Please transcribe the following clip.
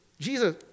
Jesus